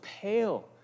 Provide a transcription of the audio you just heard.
pale